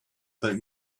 but